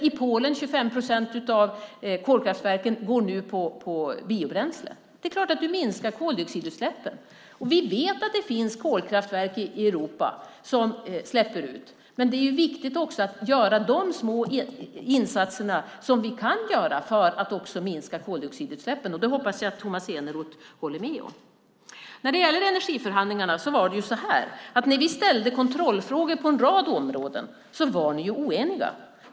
I Polen går 25 procent av kolkraftverken nu på biobränsle. Det är klart att det minskar koldioxidutsläppen. Vi vet att det finns kolkraftverk i Europa med utsläpp. Men det är också viktigt att göra de små insatser som vi kan göra för att minska koldioxidutsläppen. Det hoppas jag att Tomas Eneroth håller med om. När det gäller energiförhandlingarna var det så här: När vi ställde kontrollfrågor på en rad områden var ni oeniga.